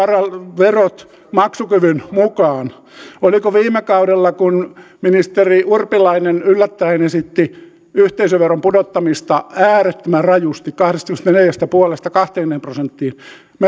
verot maksukyvyn mukaan oliko viime kaudella kun ministeri urpilainen yllättäen esitti yhteisöveron pudottamista äärettömän rajusti kahdestakymmenestäneljästä pilkku viidestä kahteenkymmeneen prosenttiin